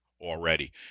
already